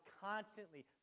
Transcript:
constantly